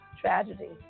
tragedy